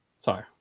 Sorry